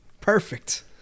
Perfect